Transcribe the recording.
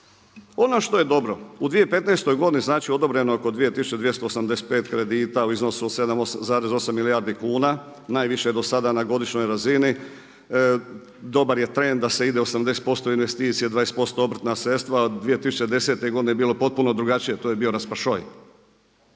Ono što je dobro u 2015. godini odobreno je oko 2.285 kredita u iznosu od 7,8 milijardi kuna najviše do sada na godišnjoj razini, dobar je trend da se ide 80% u investicije, 20% obrtna sredstva, a 2010. godine je bilo potpuno drugačije, to je bio raspašoj.